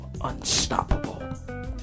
unstoppable